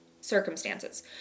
circumstances